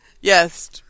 Yes